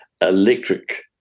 electric